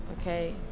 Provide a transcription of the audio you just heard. okay